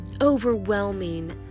overwhelming